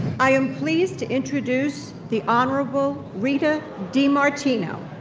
i am pleased to introduce the honorable rita demartino,